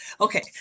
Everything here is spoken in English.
Okay